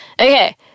Okay